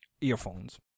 earphones